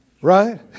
right